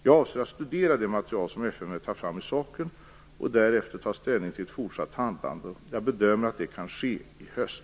Jag avser att studera det material som FMV tar fram i saken och därefter ta ställning till ett fortsatt handlande. Jag bedömer att detta kan ske i höst.